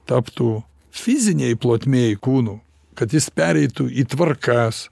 taptų fizinėj plotmėj kūnu kad jis pereitų į tvarkas